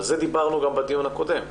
על זה דיברנו גם בדיון הקודם.